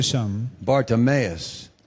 Bartimaeus